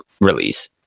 release